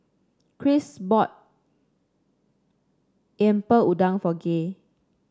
Christ bought Lemper Udang for Gay